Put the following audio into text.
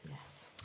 Yes